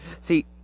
See